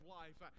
life